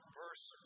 verse